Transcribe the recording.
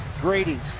grady